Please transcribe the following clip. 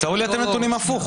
תראו לי אתם נתונים הפוך.